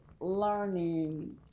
learning